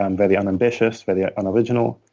um very unambitious, very unoriginal,